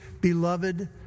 beloved